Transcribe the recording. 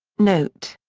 note.